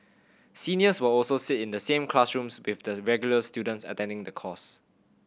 seniors will also sit in the same classrooms with the regular students attending the course